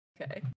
Okay